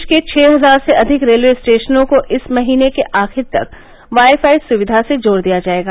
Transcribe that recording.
देश के छह हजार से अधिक रेलवे स्टेशनों को इस महीने के आखिर तक वाईफाई सुविधा से जोड़ दिया जायेगा